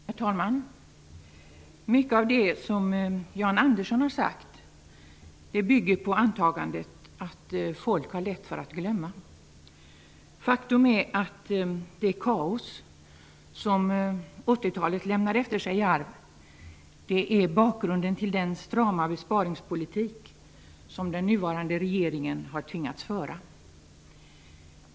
Herr talman! Mycket av det som Jan Andersson har sagt bygger på antagandet att folk har lätt för att glömma. Faktum är att det kaos som 80-talet lämnade efter sig är bakgrunden till den strama besparingspolitik som den nuvarande regeringen har tvingats föra.